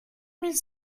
mille